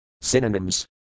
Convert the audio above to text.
Synonyms